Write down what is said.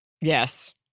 Yes